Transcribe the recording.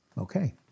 Okay